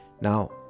Now